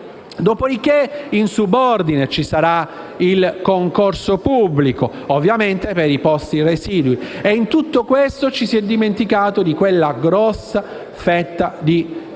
Dopodiché, in subordine vi sarà il concorso pubblico, ovviamente per i posti residui. In tutto questo ci si è dimenticati di quella grossa fetta di